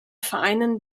vereinen